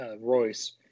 Royce